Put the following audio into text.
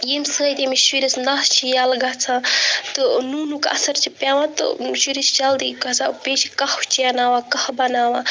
ییٚمہِ سۭتۍ أمِس شُرِس نَس چھِ یَلہٕ گژھان تہٕ نوٗنُک اثر چھِ پٮ۪وان تہٕ شُرِس چھِ جلدی گژھان بیٚیہِ چھِ کَہوٕ چیناوان کَہٕوٕ بناوان